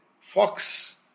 fox